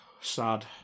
sad